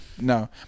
No